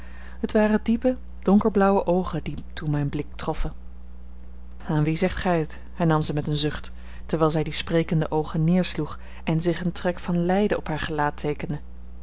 het waren diepe donkerblauwe oogen dien toen mijn blik troffen aan wie zegt gij het hernam zij met een zucht terwijl zij die sprekende oogen neersloeg en zich een trek van lijden op haar gelaat teekende